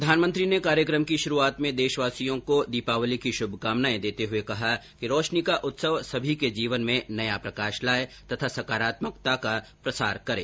प्रधानमंत्री ने कार्यक्रम की शुरूआत में देशवासियों को दीपावली की शुभकामनाएं देते हुए कहा कि रोशनी का उत्सव सभी के जीवन में नया प्रकाश लाए तथा सकारात्मकता का प्रसार करें